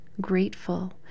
grateful